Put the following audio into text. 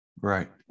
right